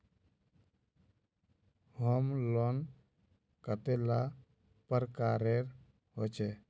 Home loan कतेला प्रकारेर होचे?